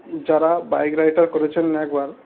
যারা bike riding করেছেন একবার